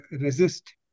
resist